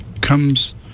comes